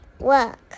work